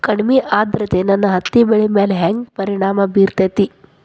ಕಡಮಿ ಆದ್ರತೆ ನನ್ನ ಹತ್ತಿ ಬೆಳಿ ಮ್ಯಾಲ್ ಹೆಂಗ್ ಪರಿಣಾಮ ಬಿರತೇತಿ?